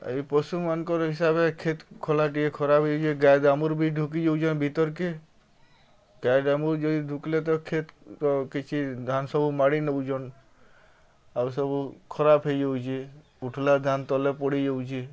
ଇ ପଶୁମାନ୍ଙ୍କର୍ ହିସାବ୍ରେ କ୍ଷେତ୍ ଖଲା ଟିକେ ଖରାପ୍ ହେଇଯାଉଛେ ଗାଈ ଦାମୁର୍ ବି ଢୁକି ଯାଉଛନ୍ ଭିତର୍କେ ଗାଈ ଦାମୁର୍ ଯଦି ଢୁକ୍ଲେ ତ କ୍ଷେତ୍ କିଛି ଧାନ୍ ସବୁ ମାଡ଼ି ନେଉଛନ୍ ଆଉ ସବୁ ଖରାପ୍ ହେଇଯାଉଛେ ଉଠ୍ଲା ଧାନ୍ ତଲେ ପଡ଼ିଯାଉଛେ